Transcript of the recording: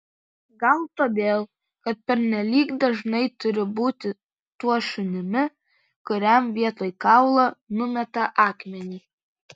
gal todėl kad pernelyg dažnai turiu būti tuo šunimi kuriam vietoj kaulo numeta akmenį